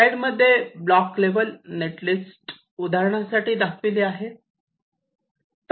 स्लाईडमध्ये block level net list उदाहरणासाठी दाखविली आहे